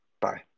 Bye